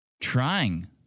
trying